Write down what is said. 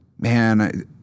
man